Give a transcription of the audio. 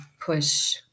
push